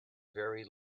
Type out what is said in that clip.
very